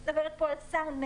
אני מדברת פה על סאונדמנים,